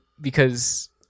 because-